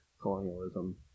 colonialism